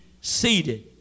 seated